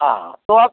हाँ तो आप